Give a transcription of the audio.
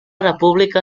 república